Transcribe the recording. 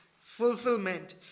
fulfillment